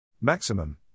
maximum